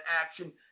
action